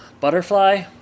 butterfly